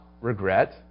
regret